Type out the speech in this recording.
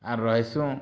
ଆର୍ ରହିସୁଁ